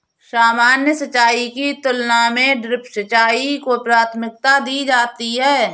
सामान्य सिंचाई की तुलना में ड्रिप सिंचाई को प्राथमिकता दी जाती है